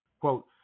Quote